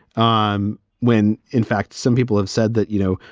um when in fact, some people have said that, you know,